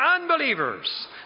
unbelievers